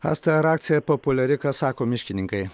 asta ar akcija populiari ką sako miškininkai